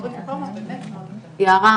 והורים בטראומה באמת הם לא --- יערה,